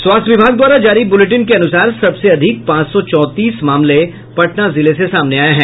स्वास्थ्य विभाग द्वारा जारी बुलेटिन के अनुसार सबसे अधिक पांच सौ चौंतीस मामले पटना जिले से सामने आये हैं